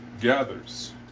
gathers